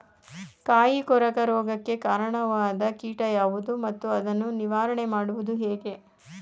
ಕಾಯಿ ಕೊರಕ ರೋಗಕ್ಕೆ ಕಾರಣವಾದ ಕೀಟ ಯಾವುದು ಮತ್ತು ಅದನ್ನು ನಿವಾರಣೆ ಮಾಡುವುದು ಹೇಗೆ?